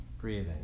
breathing